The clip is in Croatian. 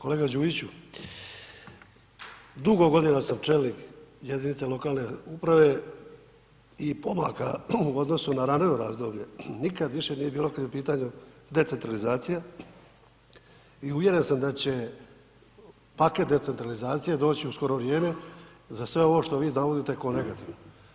Kolega Đujiću, dugo godina sam čelnik jedinice lokalne uprave i pomaka u odnosu na ranije razdoblje nikad više nije bilo kad je u pitanju decentralizacija i uvjeren sam da će paket decentralizacije doći u skoro vrijeme za sve ovo što vi navodite kao negativno.